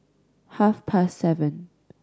half past seven